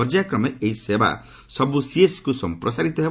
ପର୍ଯ୍ୟାୟକ୍ମେ ଏହି ସେବା ସବୁ ସିଏସ୍ସି କୁ ସଂପ୍ରସାରିତ ହେବ